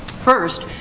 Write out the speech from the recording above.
first,